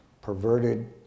perverted